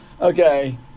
Okay